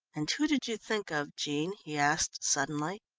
and who did you think of, jean? he asked suddenly.